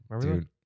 dude